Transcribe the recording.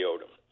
Odom